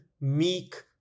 meek